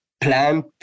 plant